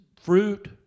fruit